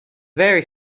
very